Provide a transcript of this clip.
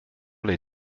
les